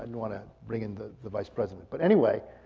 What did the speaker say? wanna bring in the the vice president. but anyway,